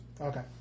Okay